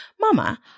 mama